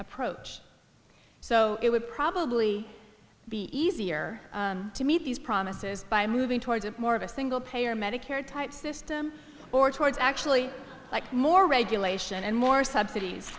approach so it would probably be easier to meet these promises by moving towards a more of a single payer medicare type system or towards actually like more regulation and more subsidies